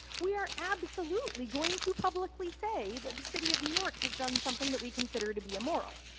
we are absolutely going to publicly say that the city of new york has done something that we consider to be immoral.